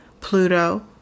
Pluto